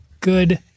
good